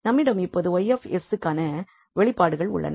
நம்மிடம் இப்போது Y 𝑠 க்கான இந்த வெளிப்பாடுகள் உள்ளன